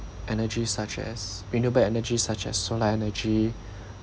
energy such as renewable energy such as solar energy